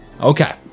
Okay